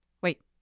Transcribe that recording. Wait